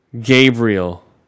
Gabriel